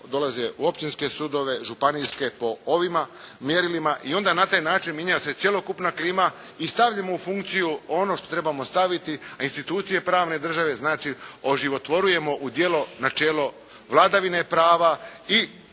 dolaze u općinske sudove, županijske po ovima mjerilima. I onda na taj način mijenja se cjelokupna klima. I stavimo u funkciju ono što moramo staviti, a institucije pravne države znači oživotvorujemo u djelo, načelo vladavine prava i